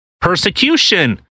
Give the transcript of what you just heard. Persecution